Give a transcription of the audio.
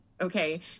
Okay